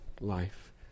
life